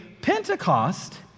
Pentecost